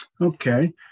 Okay